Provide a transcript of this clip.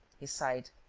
he sighed,